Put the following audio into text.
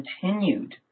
continued